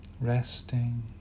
resting